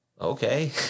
okay